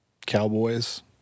Cowboys